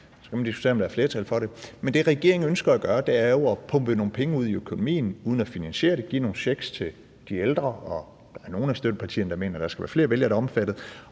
det, regeringen ønsker at gøre, er jo at pumpe nogle penge ud i økonomien uden at finansiere det, give nogle checks til de ældre. Der er nogle af støttepartierne, der mener, at der skal være flere vælgere, der er omfattet.